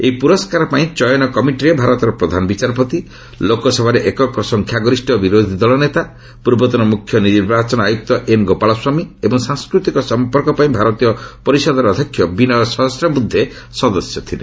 ଏହି ପୁରସ୍କାର ପାଇଁ ଚୟନ କମିଟିରେ ଭାରତର ପ୍ରଧାନ ବିଚାରପତି ଲୋକସଭାରେ ଏକକ ସଂଖ୍ୟାଗରିଷ୍ଠ ବିରୋଧୀଦଳ ନେତା ପୂର୍ବତନ ମୁଖ୍ୟ ନିର୍ବାଚନ ଆୟୁକ୍ତ ଏନ୍ ଗୋପାଳସ୍ୱାମୀ ଏବଂ ସାଂସ୍କୃତିକ ସଫପର୍କ ପାଇଁ ଭାରତୀୟ ପରିଷଦର ଅଧ୍ୟକ୍ଷ ବିନୟ ସହସ୍ରବୁଦ୍ଧେ ସଦସ୍ୟ ଥିଲେ